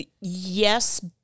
yes